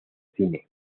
cine